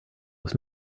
was